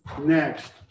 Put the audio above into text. Next